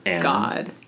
God